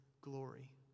glory